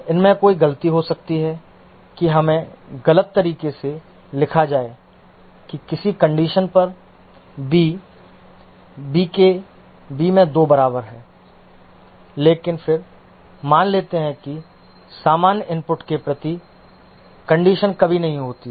इसमें कोई गलती हो सकती है कि हमें गलत तरीके से लिखा जाए कि किसी कंडीशन पर b b में 2 के बराबर है लेकिन फिर मान लेते हैं कि सामान्य इनपुट के लिए कंडीशन कभी नहीं होती है